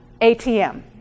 ATM